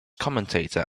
commentator